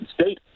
State